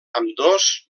ambdós